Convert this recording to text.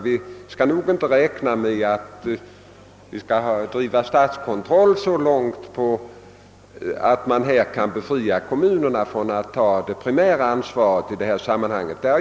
Vi bör inte räkna med att driva statskontrollen så långt, att kommunerna befrias från det primära ansvaret i detta sammanhang.